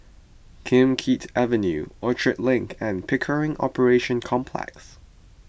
Kim Keat Avenue Orchard Link and Pickering Operations Complex